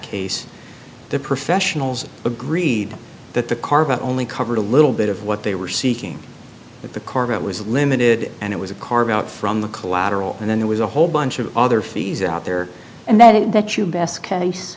case the professionals agreed that the carve out only covered a little bit of what they were seeking but the core of it was limited and it was a carve out from the collateral and then there was a whole bunch of other fees out there and that it that you best case